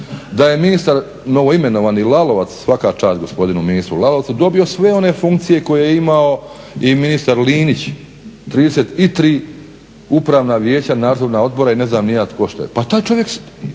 da je ministar novoimenovani Lalovac, svaka čast gospodinu ministru Lalovcu dobio sve one funkcije koje je imao i ministar Linić 33 upravna vijeća, nadzorna odbora i ne znam ni ja …/Govornik se ne razumije./….